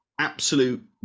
Absolute